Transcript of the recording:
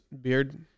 beard